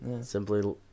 Simply